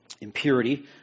Impurity